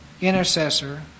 intercessor